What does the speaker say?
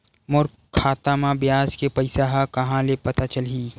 मोर खाता म ब्याज के पईसा ह कहां ले पता चलही?